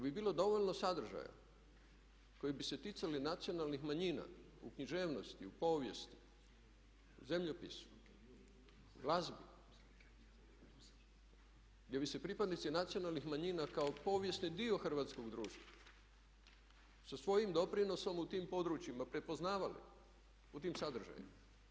bi bilo dovoljno sadržaja koji bi se ticali nacionalnih manjina u književnosti, u povijesti, u zemljopisu, u glazbi gdje bi se pripadnici nacionalnih manjina kao povijesni dio hrvatskog društva sa svojim doprinosom u tim područjima prepoznavali u tim sadržajima.